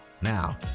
Now